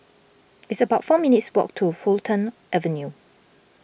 it's about four minutes' walk to Fulton Avenue